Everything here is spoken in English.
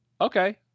Okay